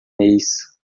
mês